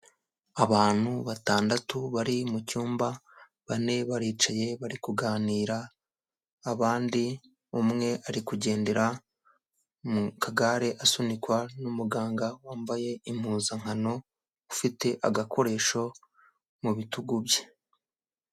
Abantu batandatu bari mu cyumba bane baricaye bari kuganira, abandi umwe ari kugendera mu kagare asunikwa n'umuganga wambaye impuzankano ufite agakoresho mu bitugu bye.